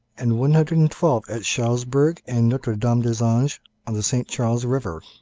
and one hundred and twelve at charlesbourg and notre-dame-des-anges on the st charles river.